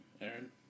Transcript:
Aaron